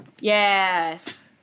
Yes